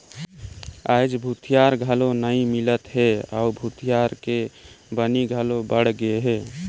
आयज भूथिहार घलो नइ मिलत हे अउ भूथिहार के बनी घलो बड़ गेहे